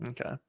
Okay